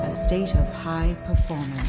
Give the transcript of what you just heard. ah state of high